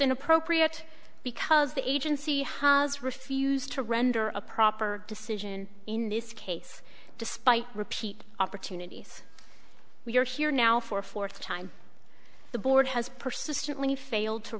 an appropriate because the agency has refused to render a proper decision in this case despite repeat opportunities we are here now for a fourth time the board has persistently failed to